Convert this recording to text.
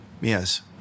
yes